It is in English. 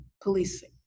policing